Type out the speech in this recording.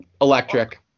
Electric